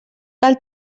cal